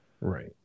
Right